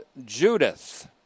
Judith